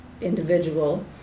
individual